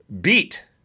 beat